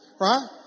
Right